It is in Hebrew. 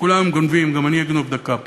כולם גונבים, גם אני אגנוב דקה פה.